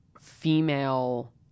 female